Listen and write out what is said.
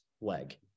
leg